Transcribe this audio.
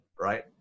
Right